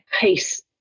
peace